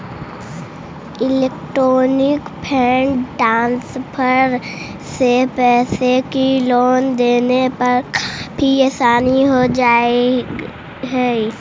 electronic fund transfer से पैसे की लेन देन में काफी आसानी हो जा हई